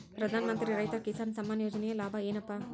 ಪ್ರಧಾನಮಂತ್ರಿ ರೈತ ಕಿಸಾನ್ ಸಮ್ಮಾನ ಯೋಜನೆಯ ಲಾಭ ಏನಪಾ?